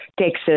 Texas